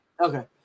Okay